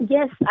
Yes